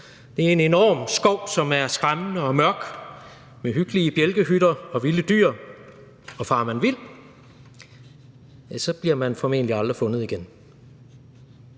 Det er en enorm skov, som er skræmmende og mørk, med hyggelige bjælkehytter og vilde dyr, og farer man vild, bliver man formentlig aldrig fundet igen.